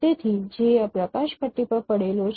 તેથી જે આ પ્રકાશ પટ્ટી પર પડેલો છે